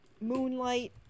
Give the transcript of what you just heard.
Moonlight